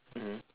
mmhmm